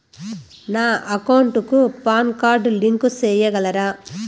నా అకౌంట్ కు PAN card link సేయగలరా?